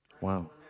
Wow